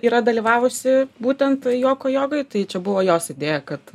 yra dalyvavusi būtent juoko jogoj tai čia buvo jos idėja kad